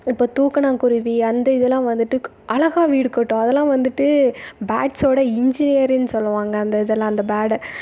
இப்போ தூக்கணாங்குருவி அந்த இதெலாம் வந்துட்டு அழகா வீடு கட்டும் அதெலாம் வந்துட்டு பேர்ட்ஸோட இன்ஜிரியருன்னு சொல்லுவாங்கள் அந்த இதெல்லாம் அந்த பேர்ட